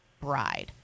bride